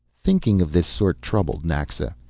thinking of this sort troubled naxa.